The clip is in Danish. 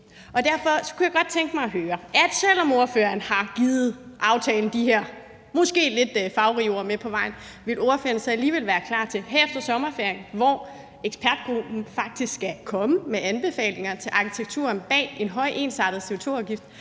Derfor kunne jeg godt tænke mig at høre: Selv om ordføreren har givet aftalen de her måske lidt farverige ord med på vejen, vil ordføreren så alligevel her efter sommerferien, hvor ekspertgruppen faktisk skal komme med anbefalinger til arkitekturen bag en høj ensartet CO2-afgift,